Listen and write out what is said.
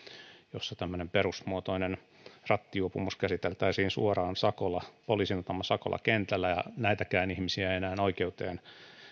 jossa tämmöinen perusmuotoinen rattijuopumus käsiteltäisiin suoraan poliisin antamalla sakolla kentällä ja näitäkään ihmisiä ei enää oikeuteen